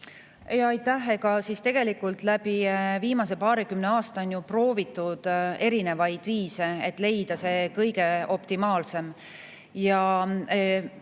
on. Aitäh! Tegelikult viimasel paarikümnel aastal on ju proovitud erinevaid viise, et leida see kõige optimaalsem. Ja